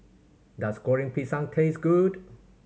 does Goreng Pisang taste good